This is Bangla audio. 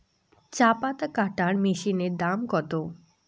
চাপাতা কাটর মেশিনের দাম কত?